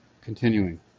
continuing